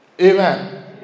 amen